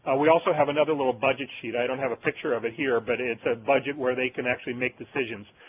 we also have another little budget sheet, i don't have a picture of it here but it's a budget where they can actually make decisions.